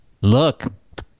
look